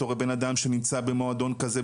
אתה רואה בן אדם שנמצא במועדון כזה,